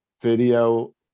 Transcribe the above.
video